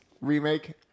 remake